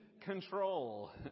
control